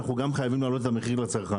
ואנחנו גם חייבים להעלות את המחיר לצרכן.